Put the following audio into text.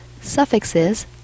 Suffixes